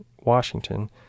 Washington